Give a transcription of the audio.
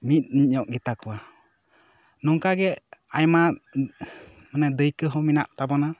ᱢᱤᱫ ᱧᱚᱜ ᱜᱮᱛᱟ ᱠᱚᱣᱟ ᱱᱚᱝᱠᱟ ᱜᱮ ᱟᱭᱢᱟ ᱢᱟᱱᱮ ᱫᱟᱹᱭᱠᱟᱹ ᱦᱚᱸ ᱢᱮᱱᱟᱜ ᱛᱟᱵᱚᱱᱟ